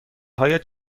هایت